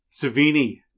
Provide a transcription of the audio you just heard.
Savini